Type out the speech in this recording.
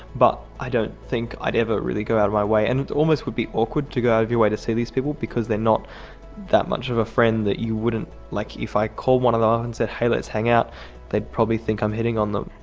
but i don't think i'd ever really go out of my way, and it almost would be awkward to go out of your way to see these people because they're not that much of a friend that you would. like, if i called one of them up ah and said, hey, let's hang out they'd probably think i'm hitting on them.